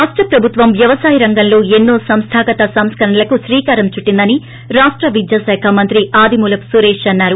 రాష్ణ ప్రభుత్వం వ్యవసాయ రంగంలో ఎన్నో సంస్థాగత సంస్కరణలకు శ్రీకారం చుట్టిందని రాష్ణ విద్యాశాఖ మంత్రి ఆదిమూలపు సురేష్ అన్నారు